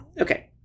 Okay